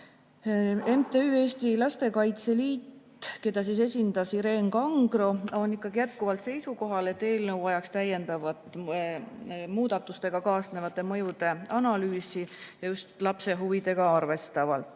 MTÜ Lastekaitse Liit, keda esindas Ireen Kangro, on ikkagi jätkuvalt seisukohal, et eelnõu vajaks täiendavat muudatustega kaasnevate mõjude analüüsi ja just lapse huvidega arvestavalt.